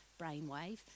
brainwave